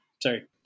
sorry